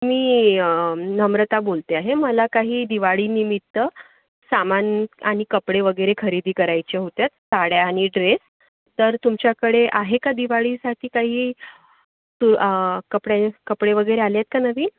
मी नम्रता बोलते आहे मला काही दिवाळीनिमित्त सामान आणि कपडे वगैरे खरेदी करायच्या होत्या साड्या आणि ड्रेस तर तुमच्याकडे आहे का दिवाळीसाठी काही तु कपडे कपडे वगैरे आलेत का नवीन